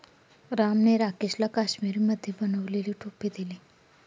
रामने राकेशला काश्मिरीमध्ये बनवलेली टोपी दिली